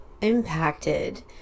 impacted